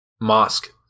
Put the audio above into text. mosque